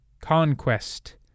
Conquest